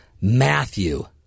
Matthew